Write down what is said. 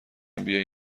بیایی